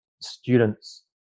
students